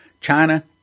China